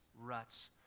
ruts